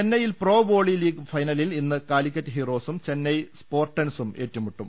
ചെന്നൈയിൽ pro volley league ഫൈനലിൽ ഇന്ന് കാലിക്കറ്റ് ഹീറോസും ചെന്നൈ സ്പാർട്ടൻസും ഏറ്റുമുട്ടും